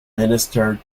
minister